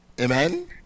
amen